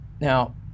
Now